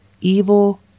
evil